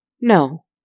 No